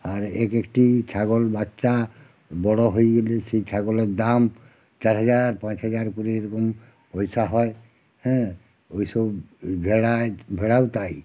আর এক একটি ছাগল বাচ্চা বড়ো হয়ে গেলে সেই ছাগলের দাম চার হাজার পাঁচ হাজার করে এরকম ওই তা হয় হ্যাঁ ওই সব ভেড়ায় ভেড়াও তাই